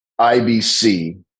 IBC